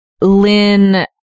Lynn